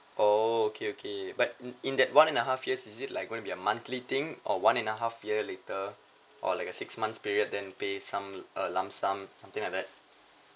oh okay okay but in in that one and a half years is it like going to be a monthly thing or one and a half year later or like a six months period then pay some uh lump sum something like that